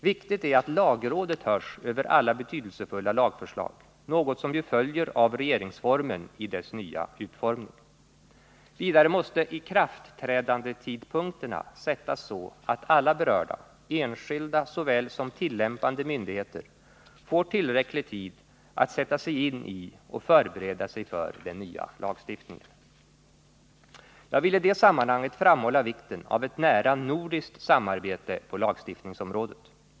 Viktigt är att lagrådet hörs över alla betydelsefulla lagförslag, något som ju följer av regeringsformen i dess nya utformning. Vidare måste ikraftträdandetidpunkterna sättas så att alla berörda — enskilda såväl som tillämpande myndigheter — får tillräcklig tid att sätta sig in i och förbereda sig för den nya lagstiftningen. Jag vill i det sammanhanget framhålla vikten av ett nära nordiskt samarbete på lagstiftningsområdet.